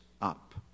up